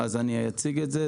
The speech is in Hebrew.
אז אני אציג את זה.